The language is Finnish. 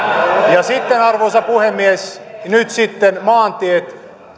ja sitten arvoisa puhemies nyt sitten maantiet